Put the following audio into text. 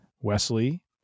Wesley